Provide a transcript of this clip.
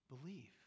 believe